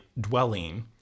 dwelling